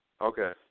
Okay